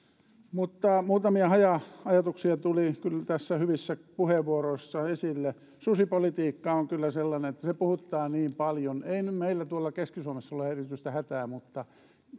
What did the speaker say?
mutta muutamia haja ajatuksia tuli kyllä näissä hyvissä puheenvuoroissa esille susipolitiikka on kyllä sellainen että se puhuttaa niin paljon ei nyt meillä tuolla keski suomessa ole erityistä hätää mutta